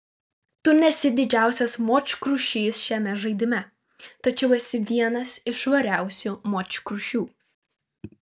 tu nesi didžiausias močkrušys šiame žaidime tačiau esi vienas iš švariausių močkrušių